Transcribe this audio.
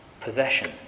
possession